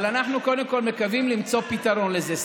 אבל אנחנו קודם כול מקווים למצוא פתרון לזה.